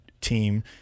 team